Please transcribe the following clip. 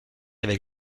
avec